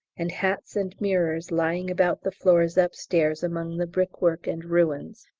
and hats and mirrors lying about the floors upstairs among the brickwork and ruins.